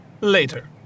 Later